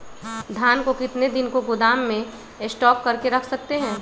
धान को कितने दिन को गोदाम में स्टॉक करके रख सकते हैँ?